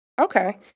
Okay